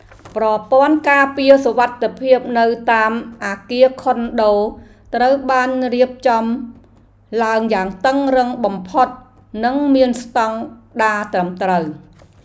ប្រព័ន្ធការពារសុវត្ថិភាពនៅតាមអគារខុនដូត្រូវបានរៀបចំឡើងយ៉ាងតឹងរ៉ឹងបំផុតនិងមានស្តង់ដារត្រឹមត្រូវ។